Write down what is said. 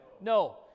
No